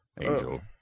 Angel